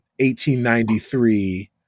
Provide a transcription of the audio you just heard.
1893